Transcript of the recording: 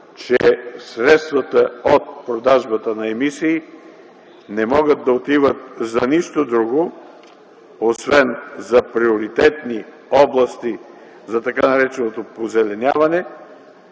че средствата от продажбата на емисии не могат да отиват за нищо друго, освен за приоритетни области за така нареченото позеленяване,